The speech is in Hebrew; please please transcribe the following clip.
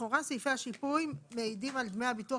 לכאורה סעיפי השיפוי מעידים על דמי הביטוח